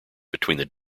between